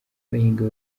bahinga